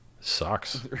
Sucks